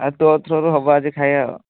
ଆଉ ତୋ ଥ୍ରୋରୁ ହେବ ଆଜି ଖାଇବା ଆଉ